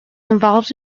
involved